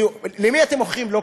למי אתם מוכרים לוקשים?